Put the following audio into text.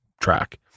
track